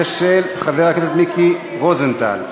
ושל חבר הכנסת מיקי רוזנטל.